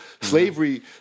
slavery